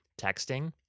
texting